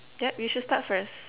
yup you should start first